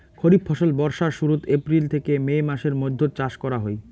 খরিফ ফসল বর্ষার শুরুত, এপ্রিল থেকে মে মাসের মৈধ্যত চাষ করা হই